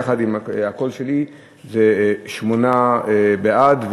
יחד עם הקול שלי יש שמונה בעד,